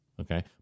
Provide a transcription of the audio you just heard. Okay